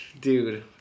Dude